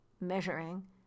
measuring